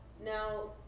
now